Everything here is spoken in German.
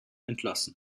entlassen